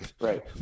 Right